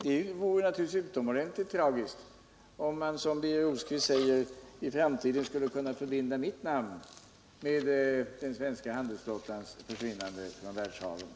Det vore naturligtvis utomordentligt tragiskt om man. som Birger Rosqvist säger, I framtiden skulle kunna förbinda mitt namn med den svenska handelsflottans försvinnande från världshaven.